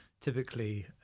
typically